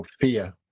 fear